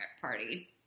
party